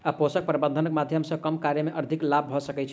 पोषक प्रबंधनक माध्यम सॅ कम कार्य मे अधिक लाभ भ सकै छै